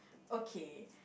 okay